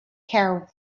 cairum